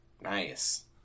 nice